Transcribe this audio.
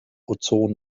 ozon